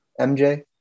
MJ